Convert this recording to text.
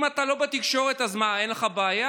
אם אתה לא בתקשורת, אז אין לך בעיה?